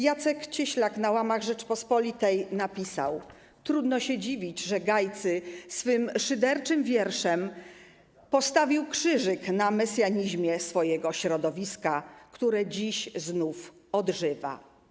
Jacek Cieślak na łamach ˝Rzeczpospolitej˝ napisał: ˝Trudno się dziwić, że Gajcy swym szyderczym wierszem postawił krzyżyk na mesjanizmie swojego środowiska, które dziś znów odżywa˝